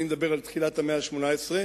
אני מדבר על תחילת המאה ה-19.